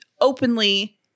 openly